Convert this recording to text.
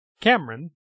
Cameron